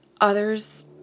others